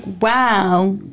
wow